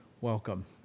welcome